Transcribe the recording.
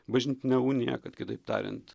bažnytinę uniją kad kitaip tariant